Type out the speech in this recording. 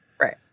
Right